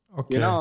okay